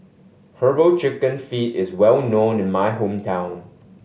Herbal Chicken Feet is well known in my hometown